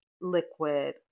liquid